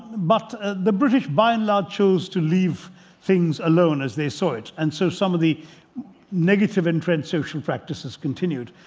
but the british by and large chose to leave things alone as they saw it. and so some of the negative and social practices continued.